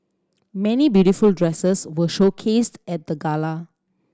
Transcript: many beautiful dresses were showcased at the gala